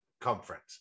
conference